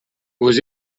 aux